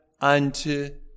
unto